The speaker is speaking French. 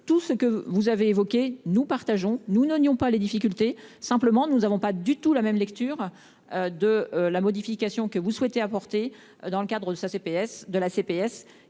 tout ce que vous avez évoquées, nous partageons nous ne nions pas les difficultés. Simplement nous n'avons pas du tout la même lecture. De la modification que vous souhaitez apporter dans le cadre ça